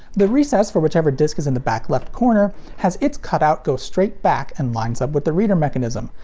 the recess for whichever disc is in the back left corner has its cutout go straight back and lines up with the reader mechanism,